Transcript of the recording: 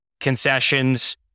concessions